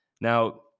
Now